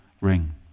ring